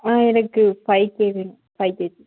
ஆ எனக்கு five K வேணும் five KG